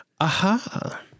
Aha